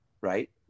right